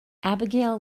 abigail